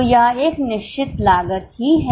तो यह एक निश्चित लागत ही है